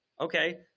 okay